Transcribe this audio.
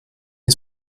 nie